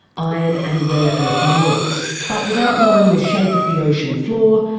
iron and rare earth minerals. but without knowing the shape of the ocean floor,